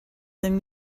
them